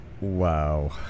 Wow